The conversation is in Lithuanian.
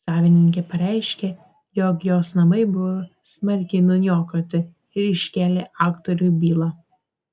savininkė pareiškė jog jos namai buvo smarkiai nuniokoti ir iškėlė aktoriui bylą